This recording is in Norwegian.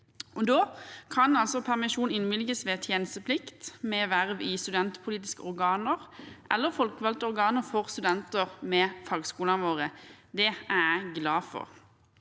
Da kan permisjon innvilges ved tjenesteplikt, verv i studentpolitiske organer eller verv i folkevalgte organer for studenter ved fagskolene våre. Det er jeg glad for.